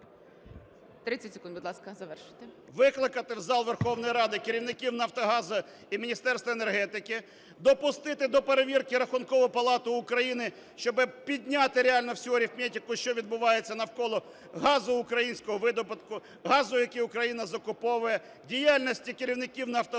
…викликати в зал Верховної Ради керівників "Нафтогазу" і Міністерства енергетики, допустити до перевірки Рахункову палату України, щоб підняти реально всю арифметику, що відбувається навколо газу українського видобутку, газу, який Україна закуповує, діяльності керівників "Нафтогазу